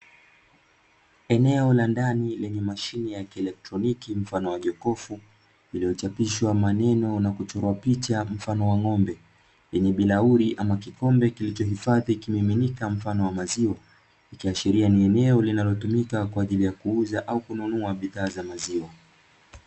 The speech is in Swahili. Eneo la ndani lenye Mashine ya kieletroniki mfano wa jokofu, lililochapishwa maneno na kuchorwa picha ya ng’ombe yenye bilauri ama kikombe, kilichohifadhi kimiminika mfano wa maziwa. Ikiashiria ni eneo linalotumika au kuhifadhi bidhaa aina ya maziwa.